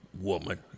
woman